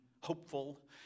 hopeful